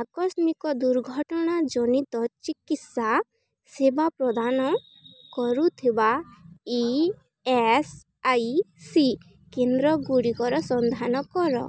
ଆକସ୍ମିକ ଦୁର୍ଘଟଣା ଜନିତ ଚିକିତ୍ସା ସେବା ପ୍ରଦାନ କରୁଥିବା ଇ ଏସ୍ ଆଇ ସି କେନ୍ଦ୍ର ଗୁଡ଼ିକର ସନ୍ଧାନ କର